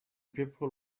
people